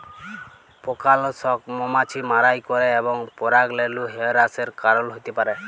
পকালাসক মমাছি মারাই ক্যরে এবং পরাগরেলু হেরাসের কারল হ্যতে পারে